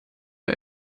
wir